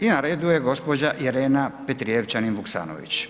I na redu je gospođa Irena Petrijevčanin Vuksanović.